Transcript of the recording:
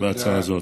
בהצעה הזאת.